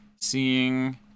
seeing